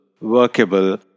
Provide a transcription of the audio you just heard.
workable